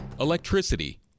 Electricity